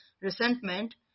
resentment